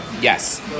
Yes